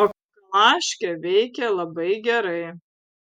o kalaškė veikia labai gerai